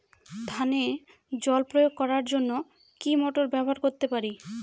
ধানে জল প্রয়োগ করার জন্য কি মোটর ব্যবহার করতে পারি?